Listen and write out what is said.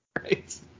right